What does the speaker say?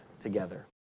together